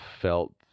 felt